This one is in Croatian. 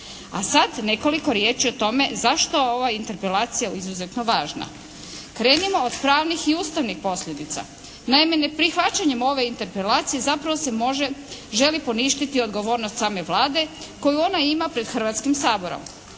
A sad nekoliko riječi o tome zašto je ova interpelacija izuzetno važna? Krenimo od pravnih i Ustavnih posljedica. Naime, neprihvaćanjem ove interpelacije zapravo se može, želi poništiti odgovornost same Vlade koju ona ima pred Hrvatskim saborom.